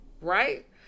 right